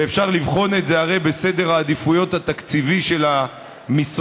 ואפשר לבחון את זה בסדר העדיפויות התקציבי של המשרד,